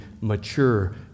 mature